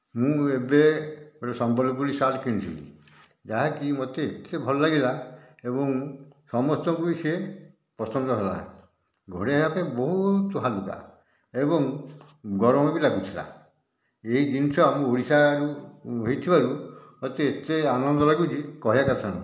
ମୁଁ ଏବେ ଗୋଟିଏ ସମ୍ବଲପୁରୀ ସାର୍ଟ କିଣିଥିଲି ଯାହାକି ମତେ ଏତେ ଭଲ ଲାଗିଲା ଏବଂ ସମସ୍ତଙ୍କୁ ବି ସେ ପସନ୍ଦ ହେଲା ଘୋଡ଼େଇ ହେବାପାଇଁ ବହୁତ ହାଲୁକା ଏବଂ ଗରମ ବି ଲାଗୁଥିଲା ଏହି ଜିନିଷ ଆମ ଓଡ଼ିଶାରୁ ହେଇଥିବାରୁ ମୋତେ ଏତେ ଆନନ୍ଦ ଲାଗୁଛି କହିବା କଥା ନୁହେଁ